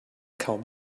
kaum